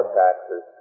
taxes